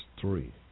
three